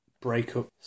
breakup